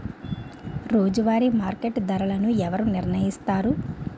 రోజువారి మార్కెట్ ధరలను ఎవరు నిర్ణయిస్తారు?